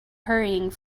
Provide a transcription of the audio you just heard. hurrying